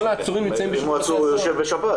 כל העצורים נמצאים ב- -- אם הוא עצור הוא יושב בשב"ס.